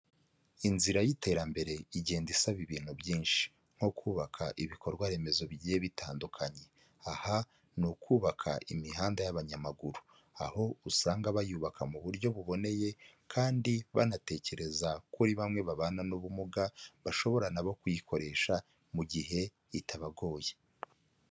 Inzira y'iterambere igenda isaba ibintu byinshi, nko kubaka ibikorwa remezo bigiye bitandukanye. Aha ni ukubaka imihanda y'abanyamaguru, aho usanga bayubaka mu buryo buboneye kandi banatekereza kuri bamwe babana n'ubumuga bashobora nabo kuyikoresha mu gihe itabagoye.